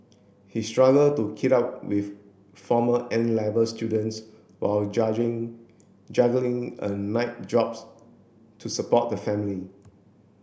he struggled to keep up with former N Level students while juggling a night jobs to support the family